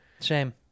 Shame